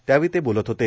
त्यावेळी ते बोलत होते